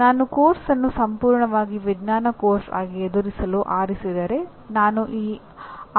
ಇದು ನಾವು ತೆಗೆದುಕೊಳ್ಳುತ್ತಿರುವ ಸ್ಥಾನ